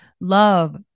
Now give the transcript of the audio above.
Love